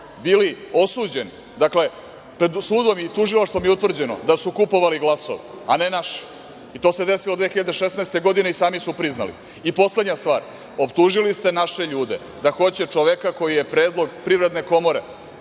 bili osuđeni. Dakle, pred sudom i tužilaštvom je utvrđeno da su kupovali glasove, a ne naši. To se desilo 2016. godine i sami su priznali. Poslednja stvar. Optužili ste naše ljude da hoće čoveka koji je predlog Privredne komore,